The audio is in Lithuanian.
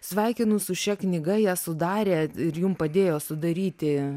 sveikinu su šia knyga ją sudarė ir jum padėjo sudaryti